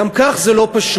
גם כך זה לא פשוט,